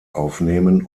aufnehmen